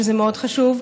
שזה מאוד חשוב,